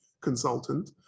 consultant